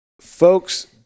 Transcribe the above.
folks